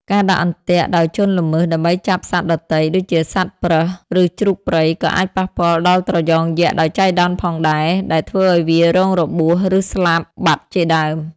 ការដាក់អន្ទាក់ដោយជនល្មើសដើម្បីចាប់សត្វដទៃ ដូចជាសត្វប្រើស ឬជ្រូកព្រៃ ក៏អាចប៉ះពាល់ដល់ត្រយងយក្សដោយចៃដន្យផងដែរ ដែលធ្វើឲ្យវារងរបួស ឬស្លាប់ជាដើម។